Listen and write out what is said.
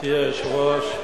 גברתי היושבת-ראש,